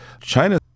China